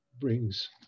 brings